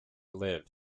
lived